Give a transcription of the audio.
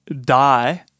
die